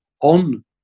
on